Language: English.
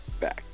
back